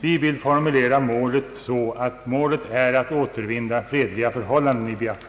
Vi vill formulera det så att målet är att återvinna fredliga förhållanden i Biafra.